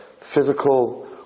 physical